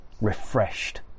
refreshed